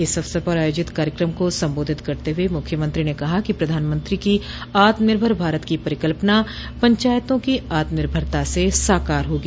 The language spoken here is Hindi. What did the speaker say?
इस अवसर पर आयोजित कार्यकम को सम्बोधित करते हुए मुख्यमंत्री ने कहा कि प्रधानमंत्री की आत्मनिर्भर भारत की परिकल्पना पंचायतों की आत्मनिर्भरता से साकार होगी